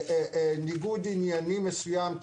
ניגוד עניינים מסוים.